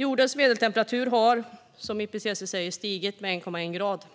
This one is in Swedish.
Jordens medeltemperatur har, som IPCC säger, stigit med 1,1 grader.